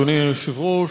אדוני היושב-ראש,